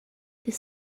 this